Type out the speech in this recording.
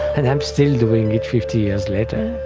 and i'm still doing it fifty years later.